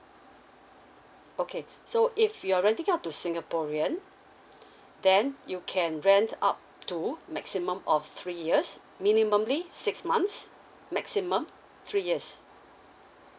okay so if you're renting out to singaporean then you can rent out to maximum of three years minimumly six months maximum three years